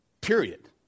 Period